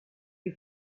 you